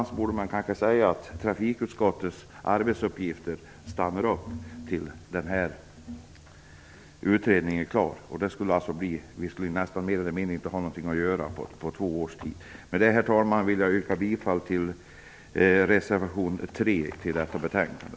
Man borde kanske säga att trafikutskottets arbetsuppgifter stannar upp tills utredningen är klar - visserligen skulle vi i trafikutskottet då mer eller mindre inte ha något att göra under två års tid. Herr talman! Med detta yrkar jag bifall till reservation 3 i detta betänkande.